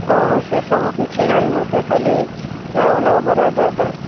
ହଉ ହଉ ସେ ସବୁ କିଛି ନାହିଁ ମୋତେ ଖାଲି ଚାଉଲ ବରା ଦରକାର